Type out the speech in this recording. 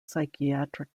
psychiatric